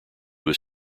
was